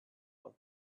was